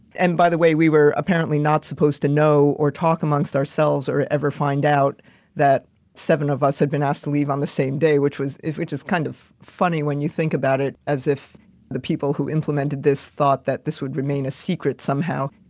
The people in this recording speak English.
and by the way, we were apparently not supposed to know or talk about amongst ourselves or ever find out that seven of us had been asked to leave on the same day, which was, which is kind of funny when you think about it as if the people who implemented this thought that this would remain a secret somehow.